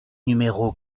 numéro